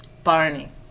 Barney